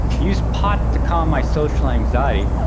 used pot to calm my social anxiety.